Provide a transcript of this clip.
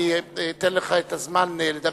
אני אתן לך את הזמן לדבר,